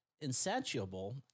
insatiable